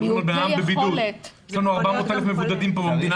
מדברים על מי שנמצא בבידוד.